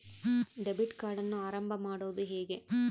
Debit ಕಾರ್ಡನ್ನು ಆರಂಭ ಮಾಡೋದು ಹೇಗೆ?